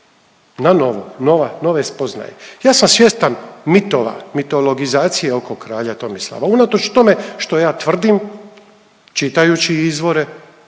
nova, nove spoznaje. Ja sam svjestan mitova, mitologizacije oko kralja Tomislava unatoč tome što je tvrdim čitajući izvore